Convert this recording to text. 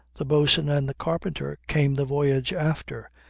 the bo'sun and the carpenter came the voyage after.